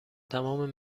تمام